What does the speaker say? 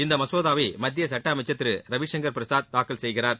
இந்த மசோதவை மத்திய சட்ட அமைச்சர் திரு ரவிசங்கர் பிரசாத் தாக்கல் செய்கிறார்